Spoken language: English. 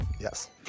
Yes